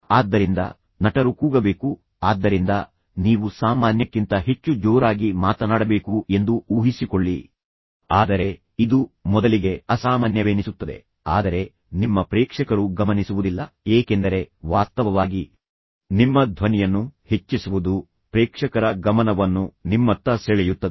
ಆದ್ದರಿಂದ ನಟರು ಕೂಗಬೇಕು ಆದ್ದರಿಂದ ನೀವು ಸಾಮಾನ್ಯಕ್ಕಿಂತ ಹೆಚ್ಚು ಜೋರಾಗಿ ಮಾತನಾಡಬೇಕು ಎಂದು ಊಹಿಸಿಕೊಳ್ಳಿ ಆದರೆ ಇದು ಮೊದಲಿಗೆ ಅಸಾಮಾನ್ಯವೆನಿಸುತ್ತದೆ ಆದರೆ ನಿಮ್ಮ ಪ್ರೇಕ್ಷಕರು ಗಮನಿಸುವುದಿಲ್ಲ ಏಕೆಂದರೆ ವಾಸ್ತವವಾಗಿ ನಿಮ್ಮ ಧ್ವನಿಯನ್ನು ಹೆಚ್ಚಿಸುವುದು ಪ್ರೇಕ್ಷಕರ ಗಮನವನ್ನು ನಿಮ್ಮತ್ತ ಸೆಳೆಯುತ್ತದೆ